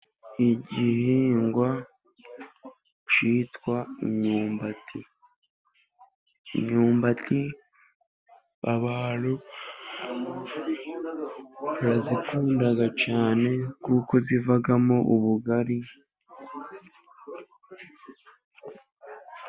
Igihingwa kitwa imyumbati. Imyumbati abantu barayikunda cyane， kuko ivamo ubugari.